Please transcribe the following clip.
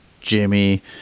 Jimmy –